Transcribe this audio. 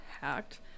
hacked